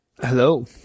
Hello